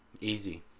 Easy